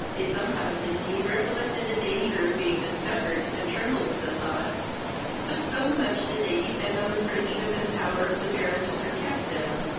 they sometimes indeed recollected the danger of being discovered, and trembled at the thought but so much did they depend on the friendship and power of the baron to protect them,